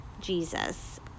Jesus